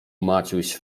maciuś